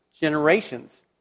generations